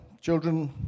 children